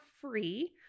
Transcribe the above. free